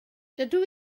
dydw